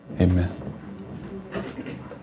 amen